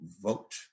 vote